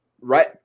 right